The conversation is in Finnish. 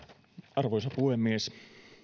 arvoisa puhemies